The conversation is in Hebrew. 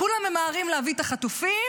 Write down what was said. כולם ממהרים להביא את החטופים,